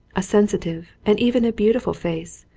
a sensitive, and even a beautiful face,